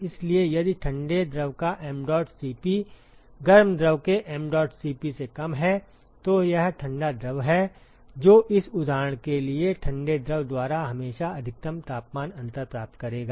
इसलिए यदि ठंडे द्रव का mdot Cp गर्म द्रव के mdot Cp से कम है तो यह ठंडा द्रव है जो इस उदाहरण के लिए ठंडे द्रव द्वारा हमेशा अधिकतम तापमान अंतर प्राप्त करेगा